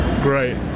Great